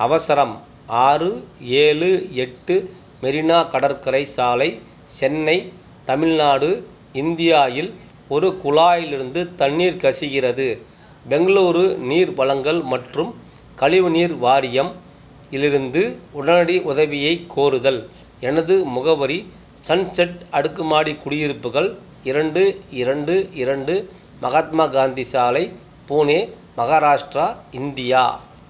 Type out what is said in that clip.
அவசரம் ஆறு ஏழு எட்டு மெரினா கடற்கரை சாலை சென்னை தமிழ்நாடு இந்தியா இல் ஒரு குழாயிலிருந்து தண்ணீர் கசிகிறது பெங்களூரு நீர் வழங்கல் மற்றும் கழிவுநீர் வாரியம் இலிருந்து உடனடி உதவியைக் கோருதல் எனது முகவரி சன்செட் அடுக்குமாடி குடியிருப்புகள் இரண்டு இரண்டு இரண்டு மகாத்மா காந்தி சாலை பூனே மகாராஷ்ட்ரா இந்தியா